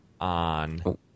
on